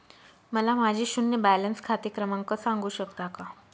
मला माझे शून्य बॅलन्स खाते क्रमांक सांगू शकता का?